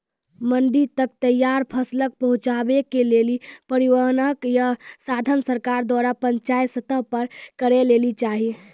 मंडी तक तैयार फसलक पहुँचावे के लेल परिवहनक या साधन सरकार द्वारा पंचायत स्तर पर करै लेली चाही?